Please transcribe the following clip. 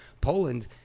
poland